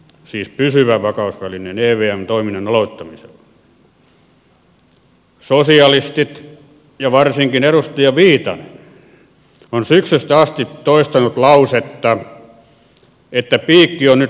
siis pysyvä vakauttaminen ei vielä sosialistit ja varsinkin edustaja viitanen ovat syksystä asti toistaneet lausetta että piikki on nyt saatu kiinni